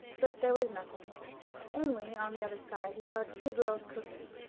but there was nothing only, on the other side, he saw two girls cooking,